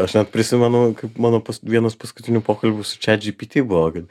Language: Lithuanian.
aš net prisimenu kaip mano vienas paskutinių pokalbių su čiat džipiti buvo kad